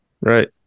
right